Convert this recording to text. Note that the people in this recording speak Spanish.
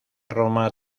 roma